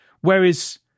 whereas